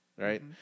right